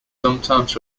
sometimes